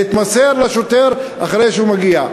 להתמסר לשוטר אחרי שהוא מגיע.